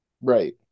Right